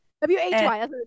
W-H-Y